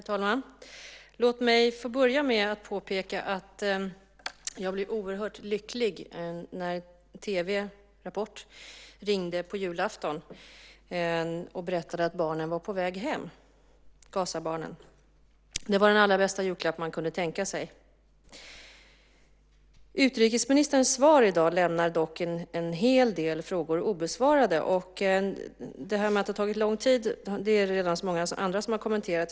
Herr talman! Låt mig få börja med att påpeka att jag blev oerhört lycklig när tv:s Rapport ringde på julafton och berättade att Gazabarnen var på väg hem. Det var den allra bästa julklapp man kunde tänka sig. Utrikesministerns svar i dag lämnar dock en hel del frågor obesvarade. Detta med att det har tagit lång tid har redan många andra kommenterat.